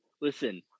listen